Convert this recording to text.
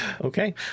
Okay